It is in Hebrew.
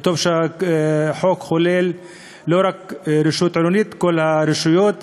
וטוב שהחוק כולל לא רק רשות עירונית אלא את כל הרשויות,